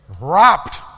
wrapped